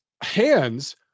hands